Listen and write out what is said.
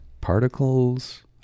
particles